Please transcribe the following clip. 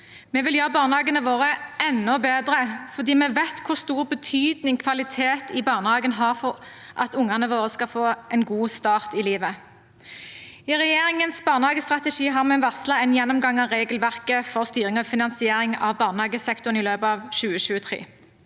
Vi vil gjøre barnehagene våre enda bedre, for vi vet hvor stor betydning kvalitet i barnehagen har for at ungene våre skal få en god start i livet. I regjeringens barnehagestrategi har vi varslet en gjennomgang av regelverket for styring og finansiering av barnehagesektoren i løpet av 2023.